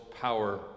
power